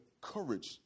courage